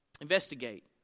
Investigate